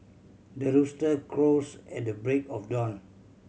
the rooster crows at the break of dawn